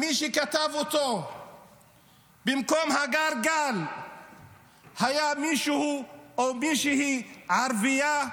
מי שכתב אותו במקום הגר גן היה מישהו או מישהי ערבייה,